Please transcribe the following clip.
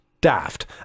daft